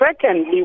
secondly